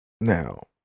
Now